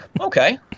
Okay